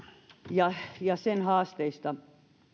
ja ja sen haasteista